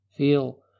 Feel